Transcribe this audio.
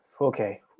okay